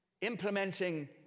Implementing